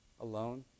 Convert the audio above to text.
alone